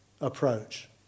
approach